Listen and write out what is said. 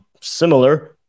similar